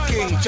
King